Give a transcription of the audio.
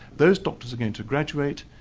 those doctors are going to graduate,